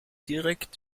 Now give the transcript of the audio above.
direkt